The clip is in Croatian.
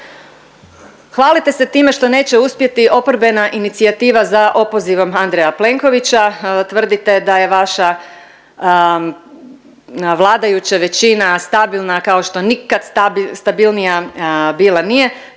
Hvalite se time što neće uspjeti oporbena inicijativa za opozivom Andreja Plenkovića. Tvrdite da je vaša vladajuća većina stabilna kao što nikad .../nerazumljivo/...